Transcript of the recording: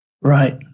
Right